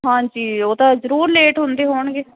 ਹਾਂਜੀ ਉਹ ਤਾਂ ਜ਼ਰੂਰ ਲੇਟ ਹੁੰਦੇ ਹੋਣਗੇ